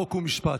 חוק ומשפט.